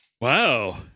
Wow